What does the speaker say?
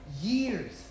years